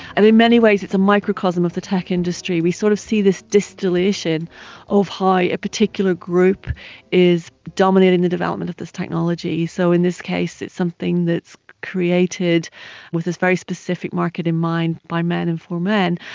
and in many ways it's a microcosm of the tech industry. we sort of see this distillation of how a particular group is dominating the development of this technology. so in this case it's something that is created with this very specific market in mind, by men and for men.